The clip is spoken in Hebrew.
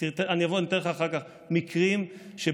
אני אתן לך אחר כך,